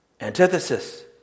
antithesis